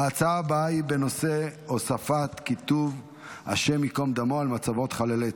ההצעה הבאה היא בנושא: הוספת כיתוב "השם ייקום דמו" על מצבות חללי צה"ל.